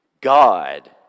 God